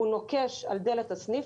לא אבל זו בעיה.